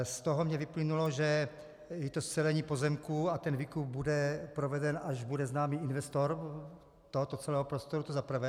Z toho mi vyplynulo, že i to scelení pozemků a výkup bude proveden, až bude známý investor tohoto celého prostoru, to za prvé.